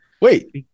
Wait